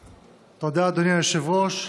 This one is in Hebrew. תודה, אדוני היושב-ראש.